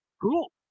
Cool